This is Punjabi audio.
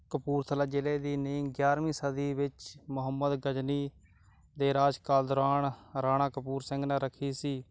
ਕਪੂਰਥਲਾ ਜ਼ਿਲ੍ਹੇ ਦੀ ਨੀਂਹ ਗਿਆਰ੍ਹਵੀਂ ਸਦੀ ਵਿੱਚ ਮੁਹੰਮਦ ਗਜਨੀ ਦੇ ਰਾਜ ਕਾਲ ਦੌਰਾਨ ਰਾਣਾ ਕਪੂਰ ਸਿੰਘ ਨੇ ਰੱਖੀ ਸੀ